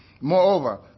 Moreover